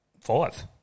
five